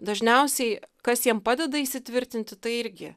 dažniausiai kas jiem padeda įsitvirtinti tai irgi